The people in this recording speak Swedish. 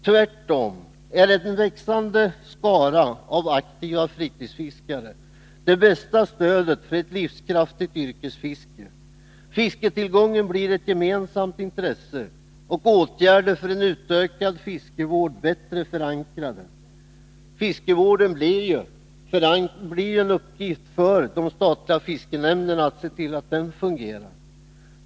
Tvärtom är en växande skara av aktiva fritidsfiskare det största stödet för ett livskraftigt yrkesfiske. Fisketillgången blir ett gemensamt intresse, och åtgärder för en utökad fiskevård blir bättre förankrade. Att se till att fiskevården fungerar blir en uppgift för de statliga fiskenämnderna.